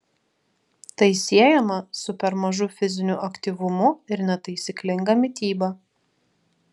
tai siejama su per mažu fiziniu aktyvumu ir netaisyklinga mityba